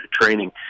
training